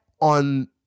on